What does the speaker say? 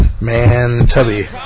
Man-Tubby